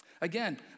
Again